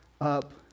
up